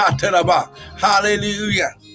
hallelujah